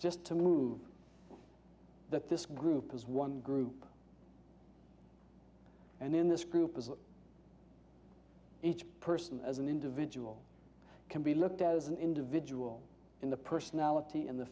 just to move that this group is one group and then this group is each person as an individual can be looked at as an individual in the personality in the